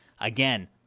Again